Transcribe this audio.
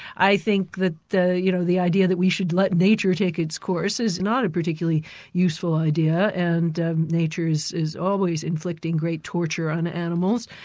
i think that the you know the idea that we should let nature take its course, is not a particularly useful idea, and nature is is always inflicting great torture on animals,